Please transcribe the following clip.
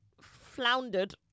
floundered